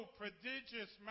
prodigious